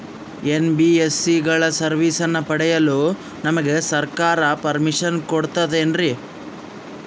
NBSC ಗಳ ಸರ್ವಿಸನ್ನ ಪಡಿಯಲು ನಮಗೆ ಸರ್ಕಾರ ಪರ್ಮಿಷನ್ ಕೊಡ್ತಾತೇನ್ರೀ?